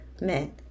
Men